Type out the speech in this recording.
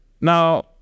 Now